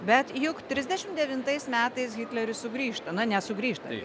bet juk trisdešimt devintais metais hitleris sugrįžta na nesugrįžta